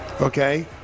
okay